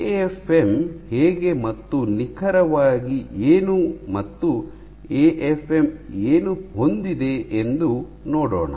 AFM ಹೇಗೆ ಮತ್ತು ನಿಖರವಾಗಿ ಏನು ಮತ್ತು ಎಎಫ್ಎಂ ಏನು ಹೊಂದಿದೆ ಎಂದು ನೋಡೋಣ